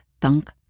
thunk